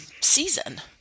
season